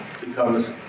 becomes